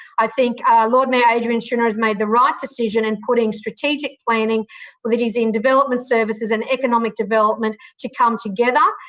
i think lord mayor, adrian schrinner, has made the right decision in putting strategic planning which is in development services and economic development to come together.